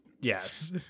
Yes